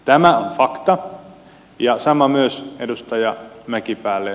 tämä on fakta ja sama myös edustaja mäkipäälle